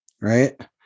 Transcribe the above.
right